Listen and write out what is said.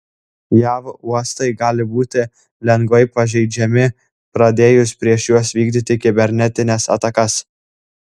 jav uostai gali būti lengvai pažeidžiami pradėjus prieš juos vykdyti kibernetines atakas